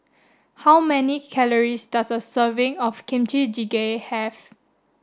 how many calories does a serving of Kimchi Jjigae have